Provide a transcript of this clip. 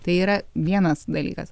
tai yra vienas dalykas